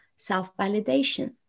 self-validation